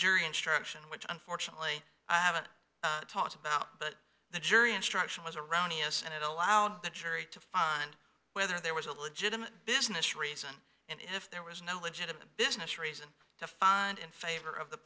jury instruction which unfortunately i haven't talked about but the jury instruction was erroneous and it allowed the jury to find whether there was a legitimate business reason and if there was no legitimate business reason to find in favor of the